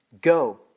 go